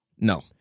No